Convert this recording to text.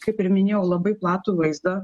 kaip ir minėjau labai platų vaizdą